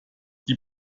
die